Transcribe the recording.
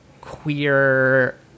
queer